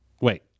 Wait